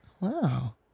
Wow